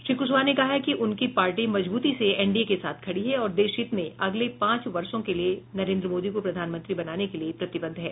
श्री कुशवाहा ने कहा है कि उनकी पार्टी मजबूती से एनडीए के साथ खड़ी है और देशहित में अगले पांच वर्षों के लिए नरेन्द्र मोदी को प्रधानमंत्री बनाने के लिए प्रतिबद्ध है